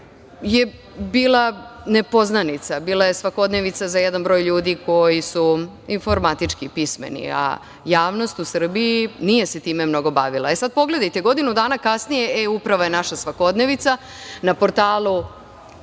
je bila nepoznanica. Bila je svakodnevnica za jedan broj ljudi koji su informatički pismeni, a javnost u Srbiji nije se time mnogo bavila. E, sada, pogledajte, godinu dana kasnije e-uprava je naša svakodnevnica. Na portalu